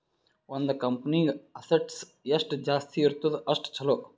ಒಂದ್ ಕಂಪನಿಗ್ ಅಸೆಟ್ಸ್ ಎಷ್ಟ ಜಾಸ್ತಿ ಇರ್ತುದ್ ಅಷ್ಟ ಛಲೋ